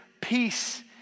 peace